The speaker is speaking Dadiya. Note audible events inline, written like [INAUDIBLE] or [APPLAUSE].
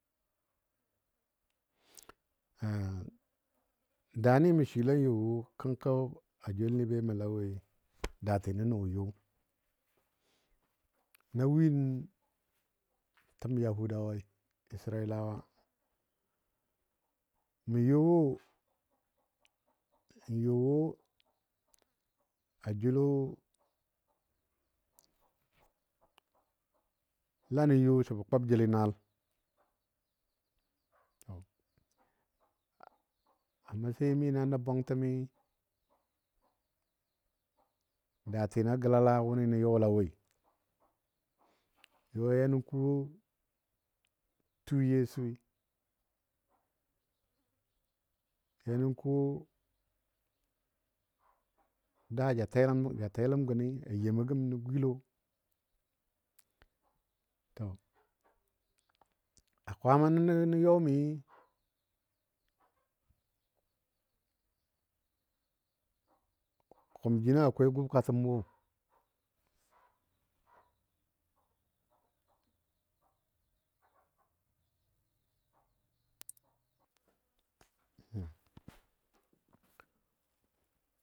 [HESITATION] Daani mə swɨlen yɔ wo kənkɔ a joulni be mə lawoi [NOISE] datinɔ no yo. Na win təm yahudawai israilawa mə you wo n you wo a joulo lannə yo səbo kʊb jeli naal. a masayi mi na nə bwantəmi daatina gəlala wʊni nə youla woi. You ya nən. kɔ tum yesui yanə ko daa ja teləm gəni a yemo gəm nə gwilo to a kwaama nəno nə yɔmi kʊm jino akwai gubkatəm wo. [NOISE]